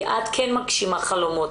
כי את כן מגשימה חלומות,